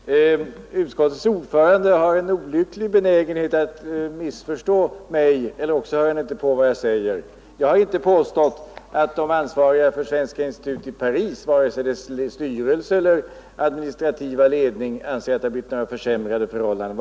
Fru talman! Utskottets ordförande har en olycklig benägenhet att missförstå mig, eller också hör han inte på vad jag säger. Jag har inte påstått att de ansvariga för svenska institutet i Paris, vare sig dess styrelse eller administrativa ledning, ansett att det har blivit försämrade förhållanden.